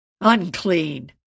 Unclean